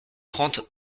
trente